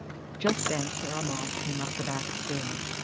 just then sarah maud came up the back-stairs,